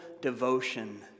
devotion